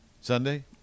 Sunday